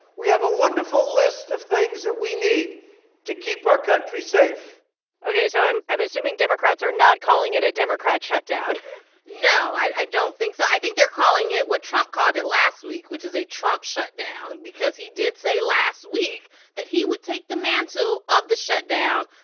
we have a wonderful list of things that we need to keep our country safe ok, so i'm i'm assuming democrats are not calling it a democrat shutdown no, i don't think so. i think they're calling it what trump called it last week, which is a trump shutdown, because he did say last week that he would take the mantle of the shutdown.